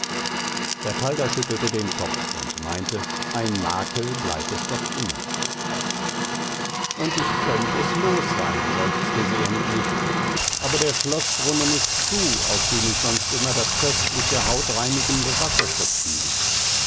bertalda schüttelte den kopf und meinte ein makel bleib es doch immer und ich könnt es los sein seufzte sie endlich aber der schloßbrunnen ist zu aus dem ich sonst immer das köstliche hautreinigende wasser schöpfen ließ